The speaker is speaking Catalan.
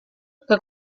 que